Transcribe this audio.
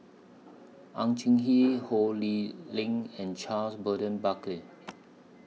Ang Ho Lee Ling and Charles Burton Buckley